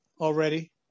already